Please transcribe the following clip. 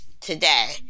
today